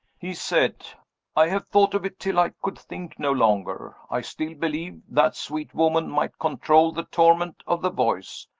he said i have thought of it till i could think no longer. i still believe that sweet woman might control the torment of the voice.